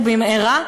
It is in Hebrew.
ובמהרה.